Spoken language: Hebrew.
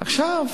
עכשיו,